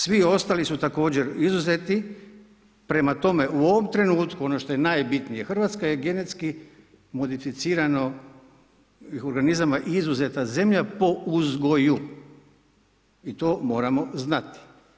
Svi ostali su također izuzeti, prema tome, u ovom trenutku, ono što je najbitnije, Hrvatska je genetski modificirano organizama, izuzeta zemlja po uzgoju i to moramo znati.